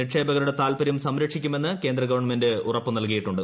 നിക്ഷേപകരുടെ താൽപര്യം സംരക്ഷിക്കുമെന്ന് കേന്ദ്ര ഗവൺമെന്റ് ഉറപ്പ് നൽകിയിട്ടുണ്ട്